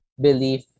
belief